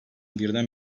birden